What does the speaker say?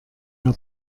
herr